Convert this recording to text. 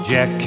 Jack